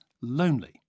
lonely